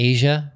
Asia